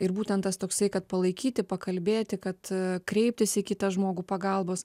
ir būtent tas toksai kad palaikyti pakalbėti kad kreiptis į kitą žmogų pagalbos